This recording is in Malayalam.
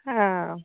ആഹ്